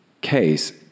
case